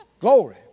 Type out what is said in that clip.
Glory